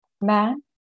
Man